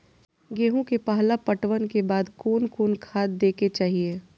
गेहूं के पहला पटवन के बाद कोन कौन खाद दे के चाहिए?